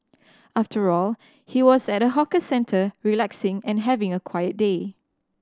after all he was at a hawker centre relaxing and having a quiet day